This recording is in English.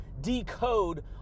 decode